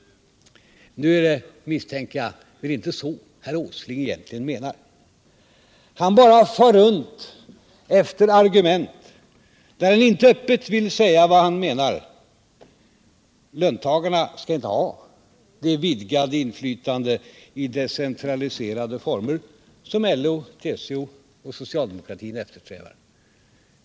Nu misstänker jag att det inte är så herr Åsling egentligen menar. Han bara far runt efter argument när han inte öppet vill säga vad han menar: Löntagarna skall inte ha det vidgade inflytande i decentraliserade former som LO, TCO och socialdemokratin eftersträvar.